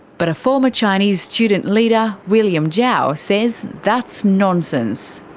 but a former chinese student leader william zhao says that's nonsense.